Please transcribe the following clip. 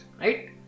right